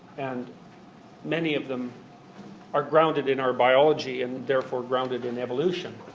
and many of them are grounded in our biology and therefore grounded in evolution.